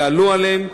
יעלו עליהם,